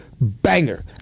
Banger